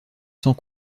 sans